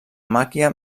màquia